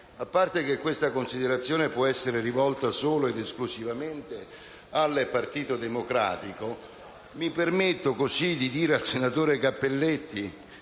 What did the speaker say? A parte che questa considerazione può essere rivolta solo ed esclusivamente al Partito Democratico, mi permetto di dire al senatore Cappelletti,